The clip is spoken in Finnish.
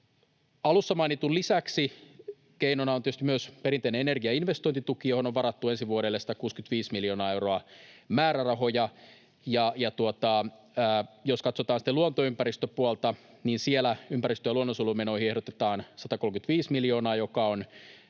Alussa mainitun lisäksi keinona on tietysti myös perinteinen energian investointituki, johon on varattu ensi vuodelle 165 miljoonaa euroa määrärahoja. Jos katsotaan sitten luontoympäristöpuolta, niin siellä ympäristön ja luonnonsuojelun menoihin ehdotetaan 135 miljoonaa, mikä on